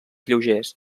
lleugers